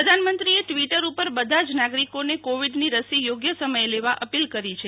પ્રધાનમંત્રીએ ટ્વીટર ઉપર બધા જ નાગરિકોને કોવિડની રસી યોગ્ય સમયે લેવા અપીલ કરી છે